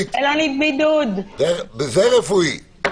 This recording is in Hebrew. --- אני מגיעה מהוועדה בראשותי בנושא ההתמודדות עם סמים ואלכוהול.